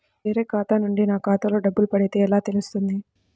వేరే ఖాతా నుండి నా ఖాతాలో డబ్బులు పడితే ఎలా తెలుస్తుంది?